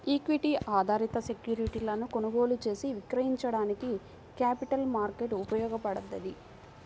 equity ఆధారిత సెక్యూరిటీలను కొనుగోలు చేసి విక్రయించడానికి క్యాపిటల్ మార్కెట్ ఉపయోగపడ్తది